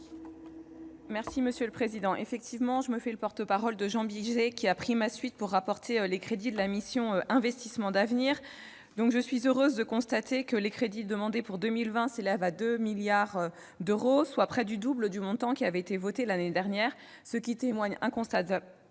monsieur le ministre, mes chers collègues, je me fais le porte-parole de Jean Bizet, qui a pris ma suite comme rapporteur spécial pour les crédits de la mission « Investissements d'avenir ». Je suis heureuse de constater que les crédits demandés pour 2020 s'élèvent à 2 milliards d'euros, soit près du double du montant qui a été voté l'année dernière. Cela témoigne incontestablement